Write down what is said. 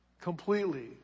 completely